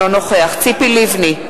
נגד ציפי לבני,